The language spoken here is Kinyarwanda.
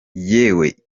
yewe